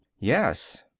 yes.